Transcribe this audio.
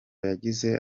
yagize